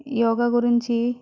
యోగ గురించి